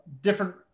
different